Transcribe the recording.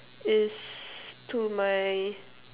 is to my